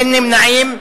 אין נמנעים.